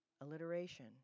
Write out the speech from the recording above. alliteration